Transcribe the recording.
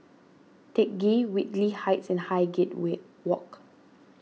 Teck Ghee Whitley Heights and Highgate Walk